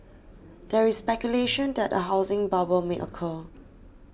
there is speculation that a housing bubble may occur